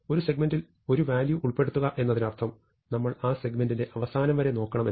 ഒരു സെഗ്മെന്റിൽ ഒരു വാല്യൂ ഉൾപ്പെടുത്തുക എന്നതിനർത്ഥം നമ്മൾ ആ സെഗ്മെന്റിന്റെ അവസാനം വരെ നോക്കണം എന്നാണ്